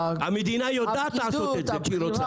המדינה יודעת לעשות את זה כשהיא רוצה.